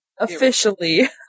Officially